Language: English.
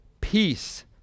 peace